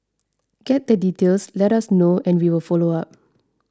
get the details let us know and we will follow up